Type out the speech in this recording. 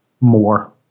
more